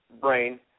brain